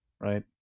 right